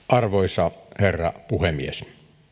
arvoisa herra puhemies